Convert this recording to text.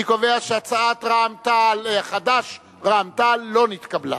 אני קובע שהצעת חד"ש ורע"ם-תע"ל לא נתקבלה.